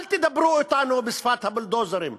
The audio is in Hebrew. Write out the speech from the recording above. אל תדברו אתנו בשפת הבולדוזרים,